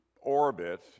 orbit